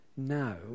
Now